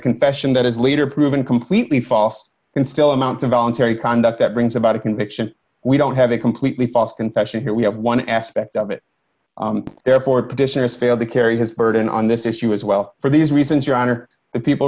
confession that is later proven completely false can still amount of voluntary conduct that brings about a conviction we don't have a completely false confession here we have one aspect of it therefore petitioners failed to carry his burden on this issue as well for these reasons your honor the people